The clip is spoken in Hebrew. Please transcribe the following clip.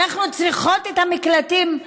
אנחנו צריכות את המקלטים,